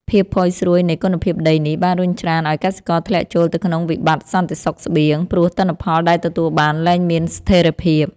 ភាពផុយស្រួយនៃគុណភាពដីនេះ បានរុញច្រានឱ្យកសិករធ្លាក់ចូលទៅក្នុងវិបត្តិសន្តិសុខស្បៀង ព្រោះទិន្នផលដែលទទួលបានលែងមានស្ថិរភាព។